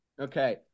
Okay